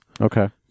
Okay